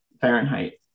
Fahrenheit